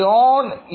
John E